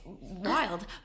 wild